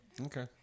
Okay